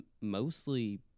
mostly